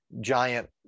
giant